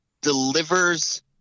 delivers